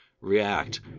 react